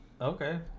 Okay